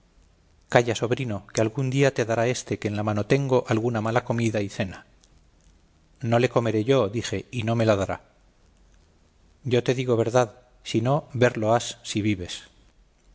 calla sobrino que algún día te dará éste que en la mano tengo alguna mala comida y cena no le comeré yo dije y no me la dará yo te digo verdad si no verlo has si vives